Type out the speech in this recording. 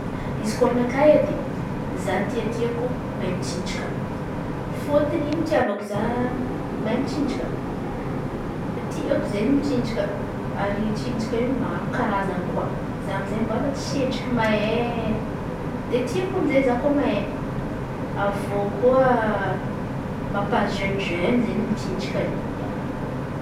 izy koa aminakà edy za tia mitsinjaka, fôtony ny hitiavako za mahay mitsinjaka tiako izen̈y mitsinjaka. Tsinjaka io maro Karazan̈y koa ary za amizay tsendriky mahey de tiako amy izey zako mahey. Avy eo koa mampazenizeny le mitsinjaka io ia.